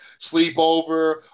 sleepover